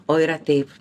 o yra taip